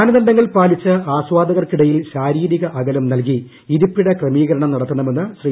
മാനദണ്ഡങ്ങൾ പാ്ലിച്ച് ആസ്വാദകർക്കിടയിൽ ശാരീരിക അകലം നൽക്ടി ഇരിപ്പിട ക്രമീകരണം നടത്തണമെന്ന് ശ്രീ